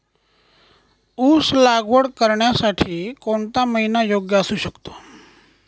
ऊस लागवड करण्यासाठी कोणता महिना योग्य असू शकतो?